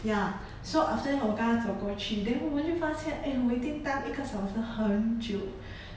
ya so after that 我跟他走过去 then 我们就发现 eh waiting time 一个小时很久